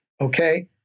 Okay